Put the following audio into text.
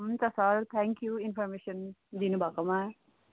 हुन्छ sir thank you information दिनुभएकोमा